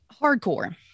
hardcore